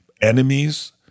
Enemies